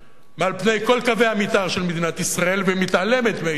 מעל פני כל קווי המיתאר של מדינת ישראל ומתעלמת מהאיש בחצור-הגלילית.